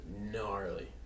Gnarly